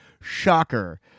shocker